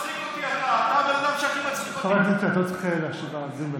מצחיק אותי אתה, אתה הבן אדם שהכי מצחיק אותי.